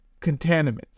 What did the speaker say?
contaminants